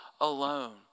alone